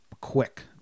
quick